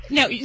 Now